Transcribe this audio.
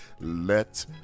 Let